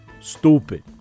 stupid